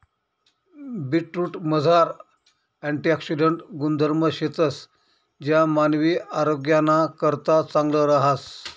बीटरूटमझार अँटिऑक्सिडेंट गुणधर्म शेतंस ज्या मानवी आरोग्यनाकरता चांगलं रहास